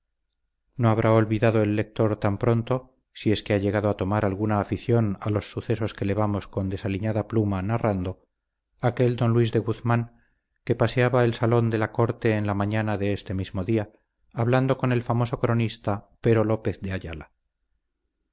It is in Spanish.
no habrá olvidado el lector tan pronto si es que ha llegado a tomar alguna afición a los sucesos que le vamos con desaliñada pluma narrando aquel don luis de guzmán que paseaba el salón de la corte en la mañana de este mismo día hablando con el famoso cronista pero lópez de ayala